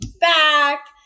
back